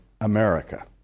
America